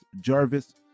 jarvis